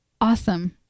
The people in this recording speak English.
Awesome